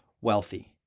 wealthy